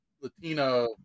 Latino